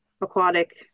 aquatic